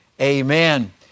amen